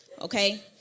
Okay